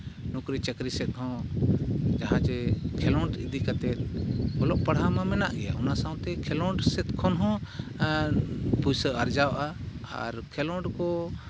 ᱱᱩᱠᱨᱤ ᱪᱟᱹᱠᱨᱤ ᱥᱮᱫ ᱦᱚᱸ ᱡᱟᱦᱟᱸ ᱡᱮ ᱠᱷᱮᱞᱳᱰ ᱤᱫᱤ ᱠᱟᱛᱮ ᱚᱞᱚᱜ ᱯᱟᱲᱦᱟᱣ ᱢᱟ ᱢᱮᱱᱟᱜ ᱜᱮᱭᱟ ᱚᱱᱟ ᱥᱟᱶᱛᱮ ᱠᱷᱮᱞᱳᱸᱰ ᱥᱮᱫ ᱠᱷᱚᱱ ᱦᱚᱸ ᱯᱩᱭᱥᱟᱹ ᱟᱨᱡᱟᱣᱚᱜᱼᱟ ᱟᱨ ᱠᱷᱮᱞᱳᱰ ᱠᱚ